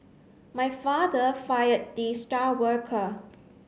my father fired the star worker